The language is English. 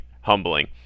humbling